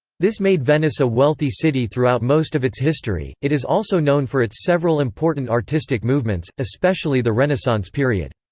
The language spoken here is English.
this made venice a wealthy city throughout most of its history it is also known for its several important artistic movements, especially the renaissance period.